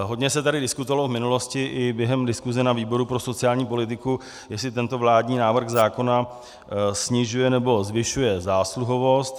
Hodně se tady diskutovalo v minulosti i během diskuse na výboru pro sociální politiku, jestli tento vládní návrh zákona snižuje nebo zvyšuje zásluhovost.